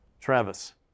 Travis